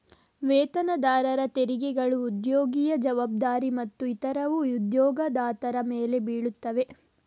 ವೇತನದಾರರ ತೆರಿಗೆಗಳು ಉದ್ಯೋಗಿಯ ಜವಾಬ್ದಾರಿ ಮತ್ತು ಇತರವು ಉದ್ಯೋಗದಾತರ ಮೇಲೆ ಬೀಳುತ್ತವೆ